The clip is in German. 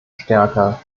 stärker